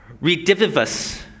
Redivivus